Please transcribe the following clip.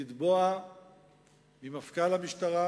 לתבוע ממפכ"ל המשטרה